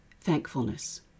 thankfulness